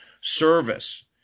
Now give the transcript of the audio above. service